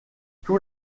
tous